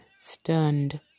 stunned